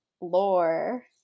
Lore